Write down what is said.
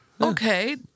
Okay